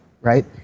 right